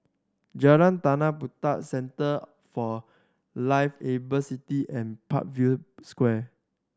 Jalan Tanah Puteh Centre for Liveable City and Parkview Square